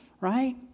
right